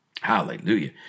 Hallelujah